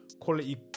quality